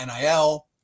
NIL